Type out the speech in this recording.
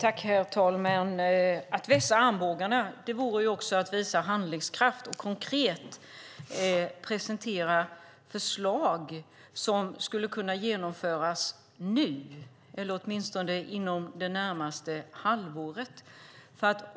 Herr talman! Att vässa armbågarna vore också att visa handlingskraft och presentera konkreta förslag som skulle kunna genomföras nu eller åtminstone inom det närmaste halvåret.